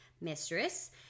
Mistress